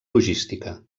logística